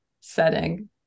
setting